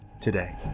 today